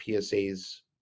PSA's